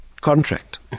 contract